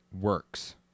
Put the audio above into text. works